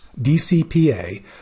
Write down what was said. DCPA